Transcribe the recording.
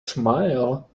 smile